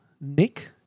nick